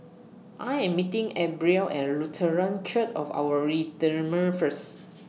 I Am meeting Abril At Lutheran Church of Our Redeemer First